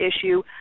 issue